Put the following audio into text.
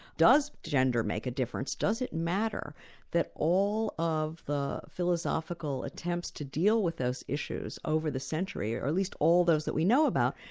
does gender make a difference? does it matter that all of the philosophical attempts to deal with those issues over the century, at least all those that we know about,